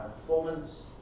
performance